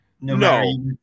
no